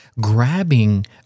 grabbing